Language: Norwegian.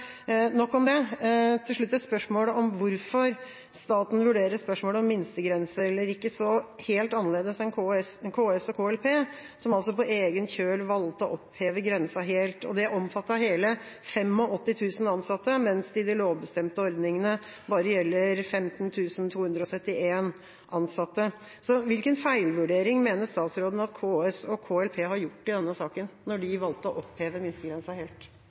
nok om det. Til slutt et spørsmål om hvorfor staten vurderer spørsmålet om minstegrense eller ikke så helt annerledes enn KS og KLP, som altså på egen kjøl valgte å oppheve grensa helt. Det omfattet hele 85 000 ansatte, mens det i de lovbestemte ordningene bare gjelder 15 271 ansatte. Hvilken feilvurdering mener statsråden at KS og KLP har gjort i denne saken, når de valgte å oppheve minstegrensa helt?